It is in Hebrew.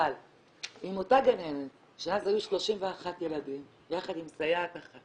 אבל אם אותה גננת שאז היו 31 ילדים יחד עם סייעת אחת